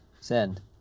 Send